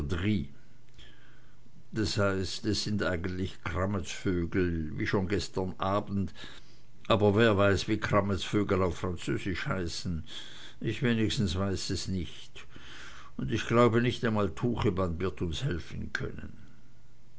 das heißt es sind eigentlich krammetsvögel wie schon gestern abend aber wer weiß wie krammetsvögel auf französisch heißen ich wenigstens weiß es nicht und ich glaube nicht einmal tucheband wird uns helfen können